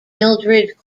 mildred